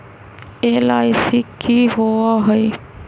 LIC की होअ हई?